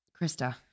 Krista